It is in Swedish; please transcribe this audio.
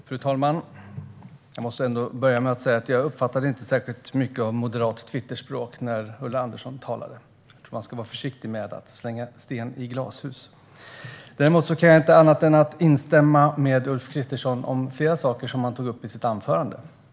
Fru talman! Jag måste börja med att säga att jag inte uppfattade särskilt mycket av moderat Twitterspråk när Ulla Andersson talade. Jag tror att man ska vara försiktig med att kasta sten i glashus. Däremot kan jag inte annat än att instämma med Ulf Kristersson när det gäller flera saker som han tog upp i sitt anförande.